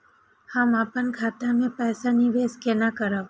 हम अपन खाता से पैसा निवेश केना करब?